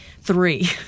three